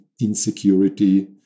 insecurity